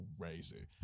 crazy